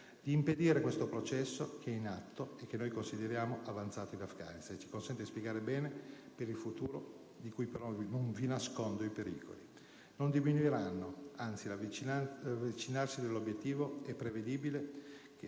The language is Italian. di impedire questo processo, che è in atto, che noi consideriamo avanzato in Afghanistan e che ci consente di sperare bene per il futuro, di cui però non vi nascondo i pericoli. Essi non diminuiranno; anzi, con l'avvicinarsi dell'obiettivo è prevedibile che